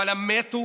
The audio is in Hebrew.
אבל הם מתו